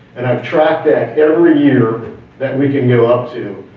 and i've tracked that every year that we could go up to,